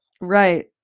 Right